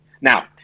Now